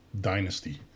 Dynasty